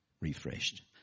refreshed